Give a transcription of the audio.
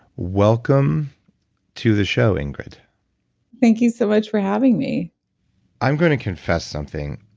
welcome to the show, ingrid thank you so much for having me i'm going to confess something.